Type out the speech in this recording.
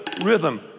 rhythm